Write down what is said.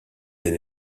din